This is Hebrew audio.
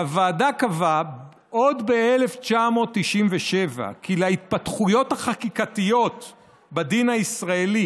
הוועדה קבעה עוד ב-1997 כי להתפתחויות החקיקתיות בדין הישראלי